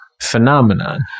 phenomenon